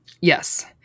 Yes